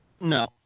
No